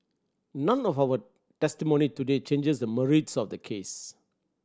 none of our testimony today changes the merits of the case